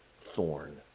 thorn